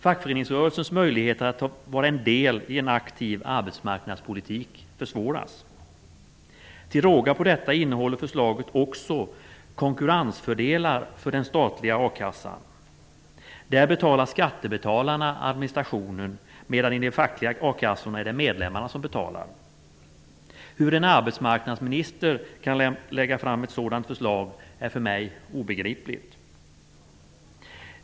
Fackföreningsrörelsens möjligheter att vara en del i en aktiv arbetsmarknadspolitik försämras. Till råga på detta innehåller förslaget också konkurrensfördelar för den statliga a-kassan. Där betalar skattebetalarna administrationen, men i de fackliga a-kassorna är det medlemmarna som betalar. Hur en arbetsmarknadsminister kan lägga fram ett sådant förslag är för mig obegripligt.